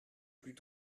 plus